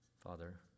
Father